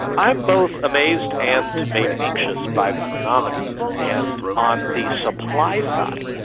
i'm both amazed and made anxious by the phenomenon. and on the supply side,